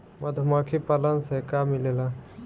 मधुमखी पालन से का मिलेला?